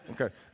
Okay